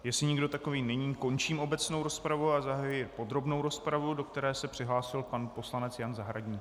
Jestli nikdo takový není, končím obecnou rozpravu a zahajuji podrobnou rozpravu, do které se přihlásil pan poslanec Jan Zahradník.